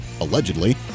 allegedly